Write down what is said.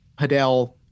Padel